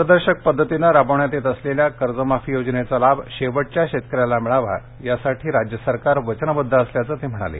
पारदर्शक पद्धतीनं राबवण्यात येत असलेल्या कर्ज माफी योजनेचा लाभ शेवटच्या शेतकऱ्याला मिळावा यासाठी राज्य सरकार वचनबद्ध असल्याचं ते म्हणाले